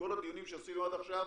בכל הדיונים שעשינו עד עכשיו,